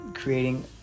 creating